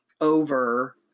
over